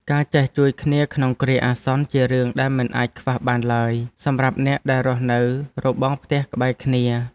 ការចេះជួយគ្នាក្នុងគ្រាអាសន្នជារឿងដែលមិនអាចខ្វះបានឡើយសម្រាប់អ្នកដែលរស់នៅរបងផ្ទះក្បែរគ្នា។